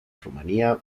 rumanía